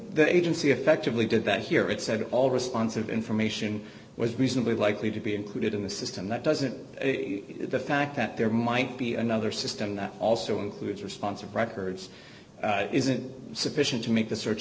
the agency effectively did that here it said all responsive information was reasonably likely to be included in the system that doesn't the fact that there might be another system that also includes responsive records isn't sufficient to make the search